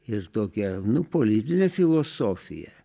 ir tokią nu politinę filosofiją